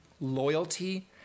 loyalty